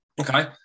Okay